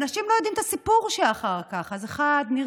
ואנשים לא יודעים את הסיפור שאחר כך: אחד נרצח,